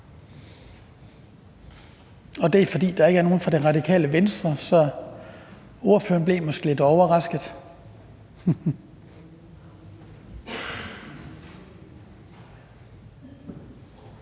Det er, fordi der ikke er nogen fra Radikale Venstre, men ordføreren blev måske lidt overrasket.